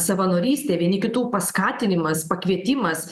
savanorystė vieni kitų paskatinimas pakvietimas